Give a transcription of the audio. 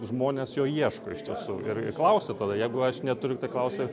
žmonės jo ieško iš tiesų ir klausia tada jeigu aš neturiu tai klausia